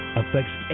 affects